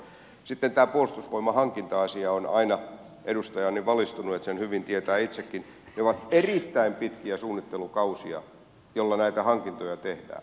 sitten tämä puolustusvoimahankinta asia on aina edustaja on niin valistunut että sen hyvin tietää itsekin ne ovat erittäin pitkiä suunnittelukausia joilla näitä hankintoja tehdään